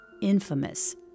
infamous